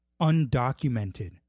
Undocumented